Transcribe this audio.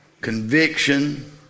conviction